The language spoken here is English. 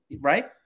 right